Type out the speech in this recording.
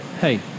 hey